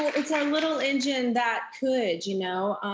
it's our little engine that could, you know?